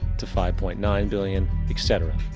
to five point nine billion. etc.